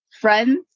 friends